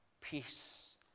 peace